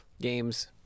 games